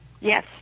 Yes